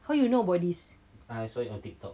where you know about this